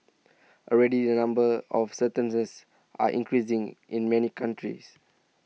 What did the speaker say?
already the number of certain this are increasing in many countries